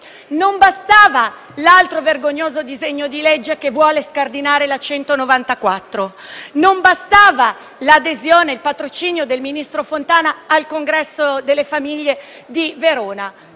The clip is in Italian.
non bastava l'altro vergognoso disegno di legge che vuole scardinare la legge n. 194 del 1978 e il patrocinio del ministro Fontana al congresso delle famiglie di Verona